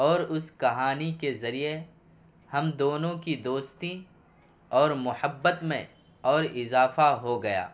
اور اس کہانی کے ذریعہ ہم دونوں کی دوستی اور محبت میں اور اضافہ ہو گیا